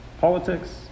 politics